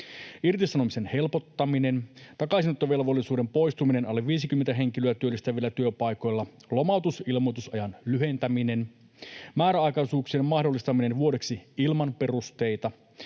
irtisanomisen helpottaminen; takaisinottovelvollisuuden poistuminen alle 50 henkilöä työllistävillä työpaikoilla; lomautusilmoitusajan lyhentäminen; määräaikaisuuksien mahdollistaminen vuodeksi ilman perusteita;